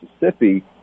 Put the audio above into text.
Mississippi